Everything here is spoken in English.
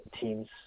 teams